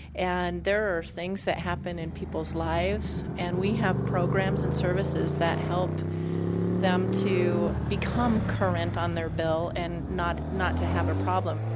and there are things that happen in people's lives and we have programs and services that help them become current on their bill and not not to have a problem.